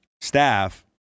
staff